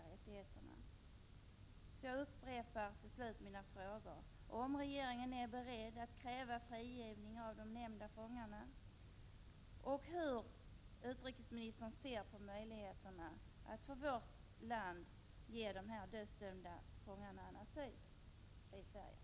Jag vill slutligen upprepa mina frågor: Är regeringen beredd att kräva frigivning av de nämnda fångarna? Hur ser utrikesministern på möjligheterna att ge dessa dödsdömda fångar asyl i vårt land?